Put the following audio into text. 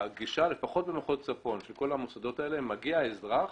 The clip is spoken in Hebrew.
הגישה לפחות במחוז צפון של כל המחוזות האלה היא שכשמגיע אזרח